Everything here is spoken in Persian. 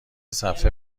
صفحه